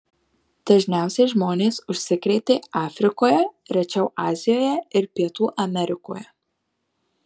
dažniausiai žmonės užsikrėtė afrikoje rečiau azijoje ir pietų amerikoje